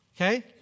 Okay